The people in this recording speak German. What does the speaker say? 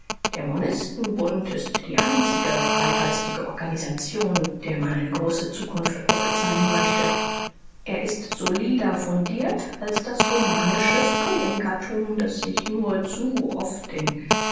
der mb ist die einzige freigeistige organisation der man eine große zukunft prophezeien möchte er ist solider fundiert als das romanische freidenkertum das sich nur zu oft in